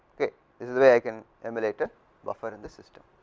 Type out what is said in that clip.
is is way i can limited the buffer in the system.